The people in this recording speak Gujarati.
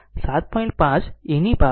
5 ઇ હશે 2